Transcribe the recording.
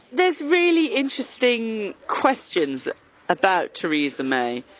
there's really interesting questions about theresa may,